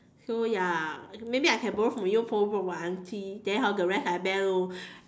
so ya maybe I can borrow from you borrow from my aunty then hor the rest I bank loan